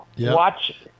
Watch